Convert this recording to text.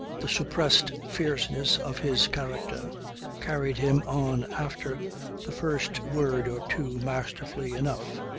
the suppressed fierceness of his character carried him on after the first word or two masterfully enough.